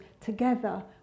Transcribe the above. together